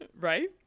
right